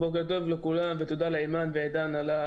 בוקר טוב לכולם ותודה לאימאן ולעידן.